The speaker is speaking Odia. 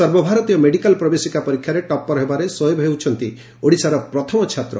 ସର୍ବଭାରତୀୟ ମେଡିକାଲ୍ ପ୍ରବେଶିକା ପରୀକ୍ଷାରେ ଟପ୍ଟର ହେବାରେ ସୋଏବ୍ ହେଉଛନ୍ତି ଓଡ଼ିଶାର ପ୍ରଥମ ଛାତ୍ର